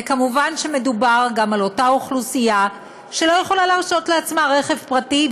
וכמובן מדובר גם על אותה אוכלוסייה שלא יכולה להרשות לעצמה רכב פרטי,